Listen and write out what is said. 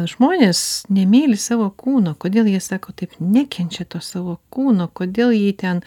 žmonės nemyli savo kūno kodėl jie sako taip nekenčia to savo kūno kodėl jį ten